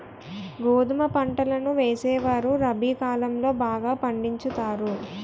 గోధుమ పంటలను వేసేవారు రబి కాలం లో బాగా పండించుతారు